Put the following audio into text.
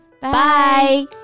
Bye